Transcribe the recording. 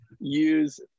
use